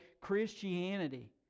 Christianity